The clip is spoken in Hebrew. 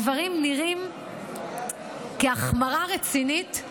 הדברים נראים כהחמרה רצינית,